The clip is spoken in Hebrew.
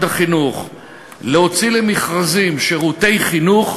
החינוך להוציא למכרזים שירותי חינוך,